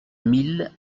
mille